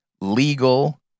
legal